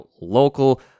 local